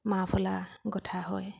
মাৰফলাৰ গঁঠা হয়